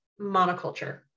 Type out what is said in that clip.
monoculture